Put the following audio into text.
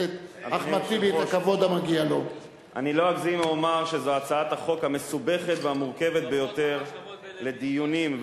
אני קובע שהצעת חוק שירותי תעופה (פיצוי